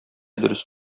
дөрес